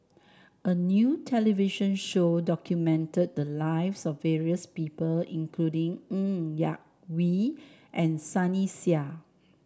a new television show documented the lives of various people including Ng Yak Whee and Sunny Sia